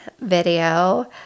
video